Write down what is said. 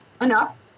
enough